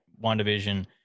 WandaVision